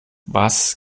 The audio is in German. was